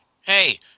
Hey